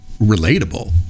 relatable